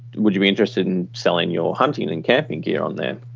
would you be interested in selling your hunting and camping gear on there?